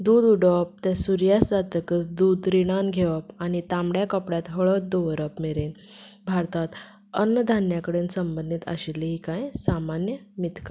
दूद उडोवप तें सुर्यास्त जातकच दूद रिणांत घेवप आनी तांबड्या कपड्यांत हळद दवरप मेरेन भारतांत अन्नदान्य कडेन संबंदीत आशिल्लीं कांय सामान्य मिथकां